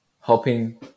helping